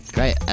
Great